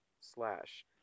slash